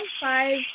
five